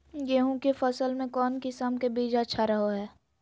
गेहूँ के फसल में कौन किसम के बीज अच्छा रहो हय?